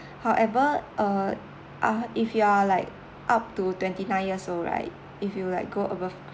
however uh up if you're like up to twenty-nine years old right if you like go above